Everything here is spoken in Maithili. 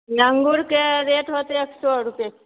अंगूरके रेट होते एक सए रुपये